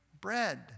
bread